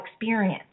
experience